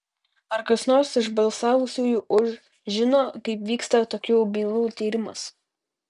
ar kas nors iš balsavusiųjų už žino kaip vyksta tokių bylų tyrimas